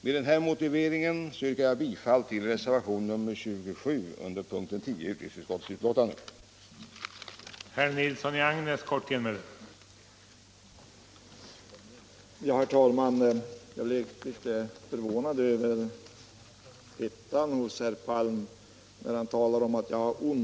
Med denna motivering yrkar jag bifall till reservationen 27 vid punkten 10 i utrikesutskottets betänkande nr 4.